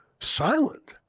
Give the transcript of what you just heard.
silent